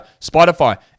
Spotify